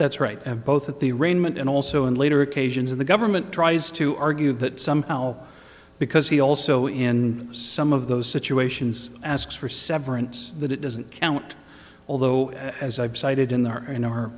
that's right both at the arraignment and also in later occasions in the government tries to argue that somehow because he also in some of those situations asks for severance that it doesn't count although as i've cited in our in our